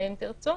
אם תרצו.